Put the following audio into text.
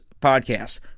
podcast